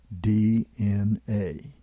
DNA